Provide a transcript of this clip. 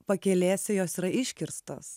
pakelėse jos yra iškirstos